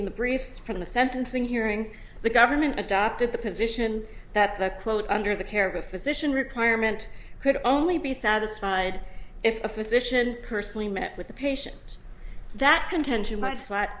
in the briefs for the sentencing hearing the government adopted the position that the quote under the care of a physician requirement could only be satisfied if a physician personally met with the patient that contention